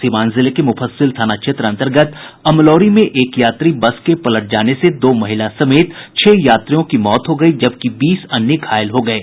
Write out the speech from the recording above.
सीवान जिले के मुफस्सिल थाना क्षेत्र अंतर्गत अमलौरी में एक यात्री बस के पलट जाने से दो महिला समेत छह यात्रियों की मौत हो गयी जबकि बीस अन्य घायल हो गये